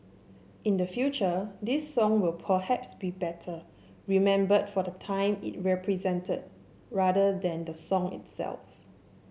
in the future this song will be better remembered for the time it represented rather than the song itself